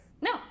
No